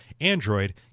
Android